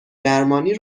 درمانی